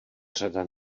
řada